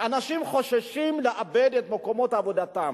אנשים חוששים לאבד את מקומות עבודתם.